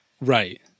Right